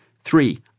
Three